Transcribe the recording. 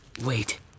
Wait